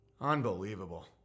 Unbelievable